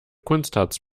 kunstharz